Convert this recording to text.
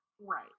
right